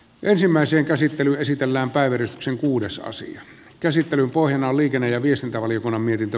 ensimmäisen käsittely esitellään päivitysksi uudessa asian käsittelyn pohjana on liikenne ja viestintävaliokunnan mietintö